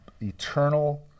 eternal